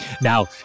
Now